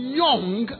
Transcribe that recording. young